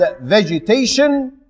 vegetation